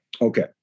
Okay